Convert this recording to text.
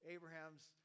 Abraham's